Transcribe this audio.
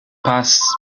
passe